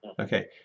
Okay